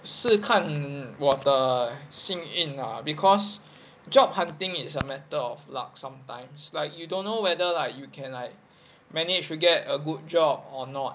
是看我的幸运 lah because job hunting is a matter of luck sometimes like you don't know whether like you can manage to get a good job or not